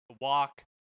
walk